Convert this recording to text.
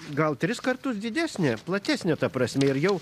gal tris kartus didesnę platesnę ta prasme ir jau